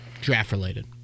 Draft-related